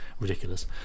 ridiculous